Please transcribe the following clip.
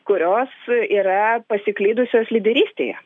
kurios yra pasiklydusios lyderystėje